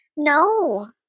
No